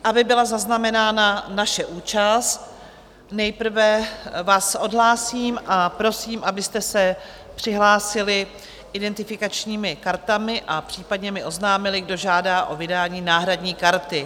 Aby byla zaznamenána naše účast, nejprve vás odhlásím a prosím, abyste se přihlásili identifikačními kartami a případně mi oznámili, kdo žádá o vydání náhradní karty.